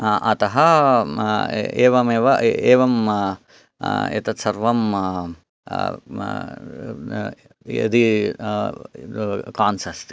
अतः एवमेव एवं एतत् सर्वं यदि कान्स् अस्ति